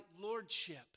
lordship